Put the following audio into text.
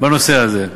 בנושא הזה.